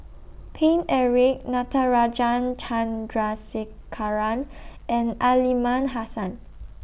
Paine Eric Natarajan Chandrasekaran and Aliman Hassan